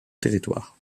territoire